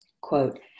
Quote